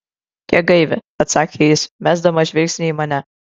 kiek gaivi atsakė jis mesdamas žvilgsnį į mane